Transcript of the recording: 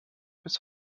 bis